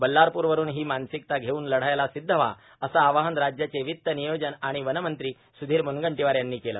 बल्लारपूरवरून हो मार्नासकता घेऊन लढायला संसद्ध व्हाअसे आवाहन राज्याचे र्वत्त र्नियोजन व वन मंत्री सुधीर मुनगंटर्वार यांनी केलं